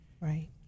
right